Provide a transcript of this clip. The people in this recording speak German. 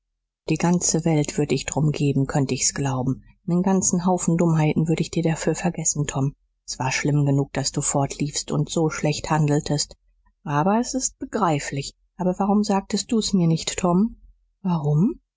die ganze welt würd ich drum geben könnt ich's glauben nen ganzen haufen dummheiten würd ich dir dafür vergessen tom s war schlimm genug daß du fortliefst und so schlecht handeltest aber s ist begreiflich aber warum sagtest du mir's nicht tom warum